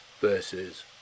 versus